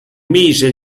mise